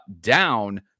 down